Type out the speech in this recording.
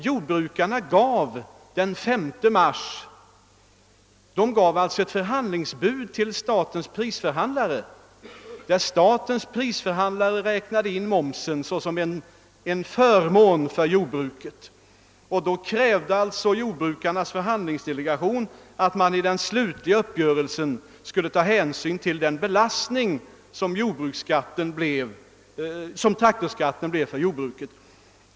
Jordbrukarna lämnade den 5 mars ett förhandlingsbud till statens prisförhandlare, vari krävdes att man i den slutliga uppgörelsen skulle ta hänsyn till den belastning som traktorskatten innebar för jordbruket.